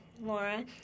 Laura